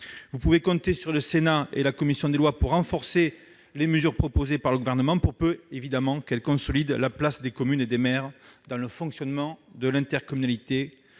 Vous pouvez compter sur le Sénat et sa commission des lois pour renforcer les mesures proposées par le Gouvernement, pour peu, évidemment, qu'elles visent à consolider la place des communes et des maires dans le fonctionnement de l'intercommunalité.